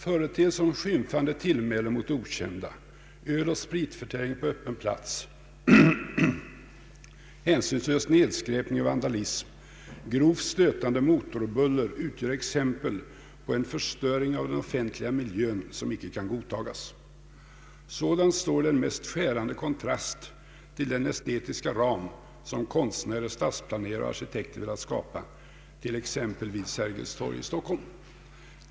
Företeelser som skymfande tillmälen mot okända, öloch spritförtäring på öppen plats, hänsynslös nedskräpning och vandalism, grovt störande motorbuller utgör exempel på en förstöring av den offentliga miljön som icke kan godtagas. Sådant står i den mest skärande kontrast till den estetiska ram som konstnärer, stadsplanerare och arkitekter velat skapa .